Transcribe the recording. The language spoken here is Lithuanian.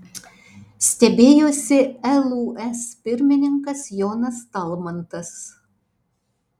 stebėjosi lūs pirmininkas jonas talmantas